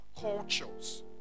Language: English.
cultures